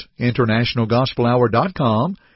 InternationalGospelHour.com